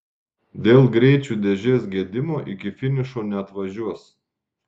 dėl greičių dėžės gedimo iki finišo neatvažiuos